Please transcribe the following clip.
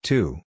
Two